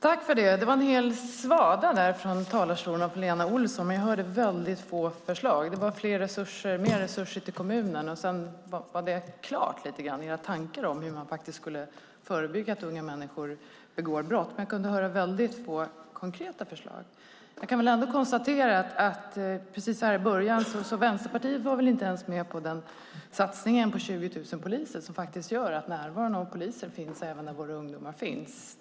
Fru talman! Det var en stor svada från Lena Olsson, men jag hörde få förslag. Det handlade om mer resurser till kommunerna. Sedan var det klart med era tankar om hur man faktiskt ska förebygga att unga människor begår brott. Men jag kunde höra få konkreta förslag. Jag kan ändå konstatera att Vänsterpartiet från början inte ens var med på satsningen på 20 000 poliser som faktiskt gör att det finns en närvaro av poliser även där våra ungdomar finns.